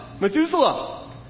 Methuselah